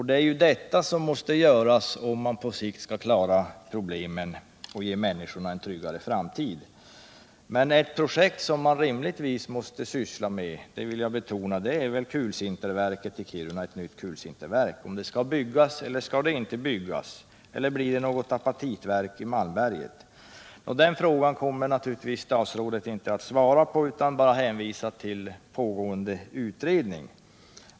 Det är detta som måste göras om man på sikt skall klara problemen och ge människorna en tryggare framtid. Ett projekt som man rimligtvis måste syssla med — det vill jag betona — är frågan om ett nytt kulsinterverk i Kiruna. Skall det byggas eller inte? Blir det vidare något apatitverk i Malmberget? Den frågan kommer naturligtvis statsrådet inte att svara på, utan han kommer bara att hänvisa till pågående utredning.